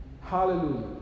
Hallelujah